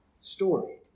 story